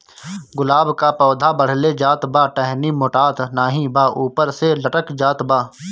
गुलाब क पौधा बढ़ले जात बा टहनी मोटात नाहीं बा ऊपर से लटक जात बा?